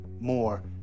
more